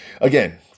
again